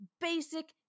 Basic